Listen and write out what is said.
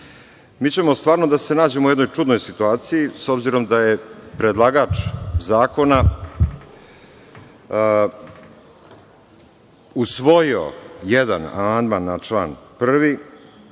ćemo stvarno da se nađemo u jednoj čudnoj situaciji, s obzirom da je predlagač zakona, usvojio jedan amandman na član 1. i